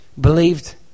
believed